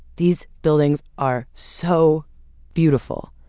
these buildings are so beautiful.